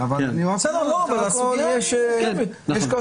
הסוגיה היא מורכבת.